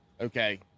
okay